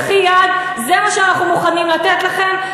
במחי יד: זה מה שאנחנו מוכנים לתת לכם,